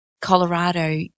Colorado